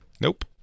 Nope